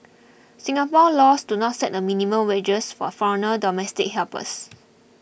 Singapore laws do not set a minimum wages for foreign domestic helpers